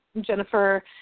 Jennifer